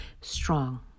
strong